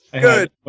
Good